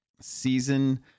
season